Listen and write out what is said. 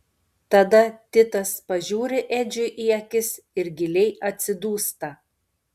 tada titas pažiūri edžiui į akis ir giliai atsidūsta